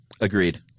Agreed